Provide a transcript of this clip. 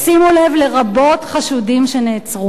ושימו לב: לרבות חשודים שנעצרו.